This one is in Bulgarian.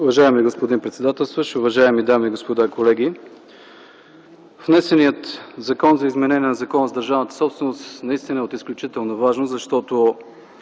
Уважаеми господин председателстващ, уважаеми дами и господа, колеги! Внесеният Закон за изменение и допълнение на Закона за държавната собственост наистина е от изключителна важност, защото